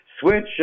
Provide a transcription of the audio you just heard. switch